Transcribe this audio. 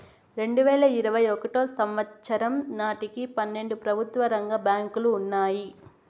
రెండువేల ఇరవై ఒకటో సంవచ్చరం నాటికి పన్నెండు ప్రభుత్వ రంగ బ్యాంకులు ఉన్నాయి